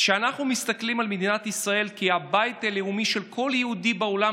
כשאנחנו מסתכלים על מדינת ישראל כבית הלאומי של כל יהודי בעולם